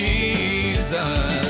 Jesus